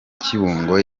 kibungo